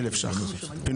היא 1,000 שקלים לפינוי,